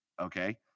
okay